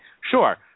Sure